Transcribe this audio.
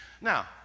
Now